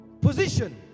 position